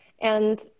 And-